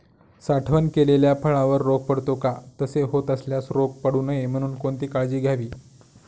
साठवण केलेल्या फळावर रोग पडतो का? तसे होत असल्यास रोग पडू नये म्हणून कोणती काळजी घ्यावी?